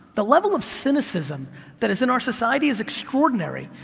the level of cynicism that is in our society is extraordinary.